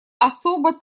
особо